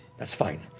that's fine!